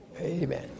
Amen